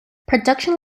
production